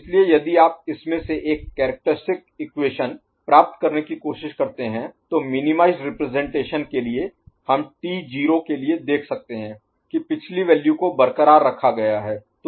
इसलिए यदि आप इसमें से एक कैरेक्टरिस्टिक इक्वेशन प्राप्त करने की कोशिश करते हैं तो मिनीमाइजड रिप्रजेंटेशन के लिए हम टी 0 के लिए देख सकते हैं की पिछली वैल्यू को बरकरार रखा गया है